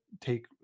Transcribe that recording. take